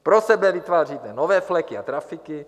Pro sebe vytváříte nové fleky a trafiky.